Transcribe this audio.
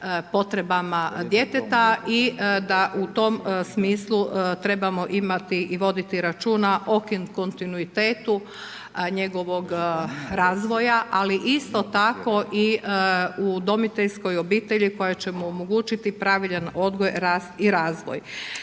potrebama djeteta i da u tom smislu trebamo imati i voditi računa o kontinuitetu njegovog razvoja. Ali isto tako i o udomiteljskoj obitelji koja će mu omogućiti pravilan odgoj, rast i razvoj.